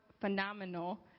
phenomenal